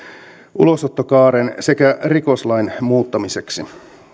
ulosottokaaren sekä rikoslain muuttamiseksi